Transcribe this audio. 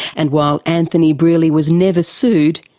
and while anthony brearley was never sued,